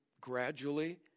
gradually